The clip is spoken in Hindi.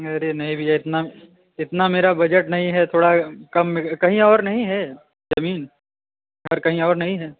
अरे नहीं भैया इतना इतना मेरा बजेट नहीं है थोड़ा कम मैं कहीं और नहीं हैं ज़मीन घर कहीं और नहीं है